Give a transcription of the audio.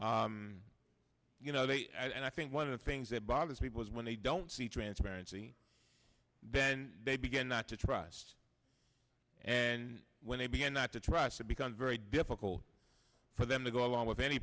you know that i think one of the things that bothers people is when they don't see transparency then they begin not to trust and when they begin not to trust it becomes very difficult for them to go along with any